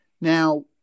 Now